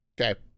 Okay